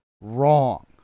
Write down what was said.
wrong